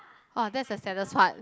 oh that's the saddest part